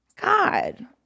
God